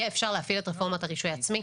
יהיה אפשר להפעיל את רפורמת הרישוי העצמי.